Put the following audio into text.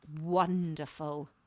wonderful